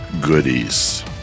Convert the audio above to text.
goodies